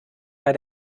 bei